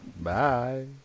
bye